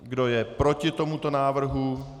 Kdo je proti tomuto návrhu?